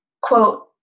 quote